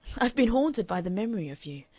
i've been haunted by the memory of you.